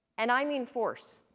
and i mean force.